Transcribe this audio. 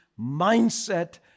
mindset